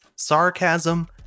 sarcasm